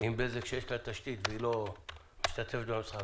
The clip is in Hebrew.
עם בזק שיש לה תשתית לא הייתה משתתפת במשחק,